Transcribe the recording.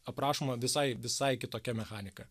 aprašoma visai visai kitokia mechanika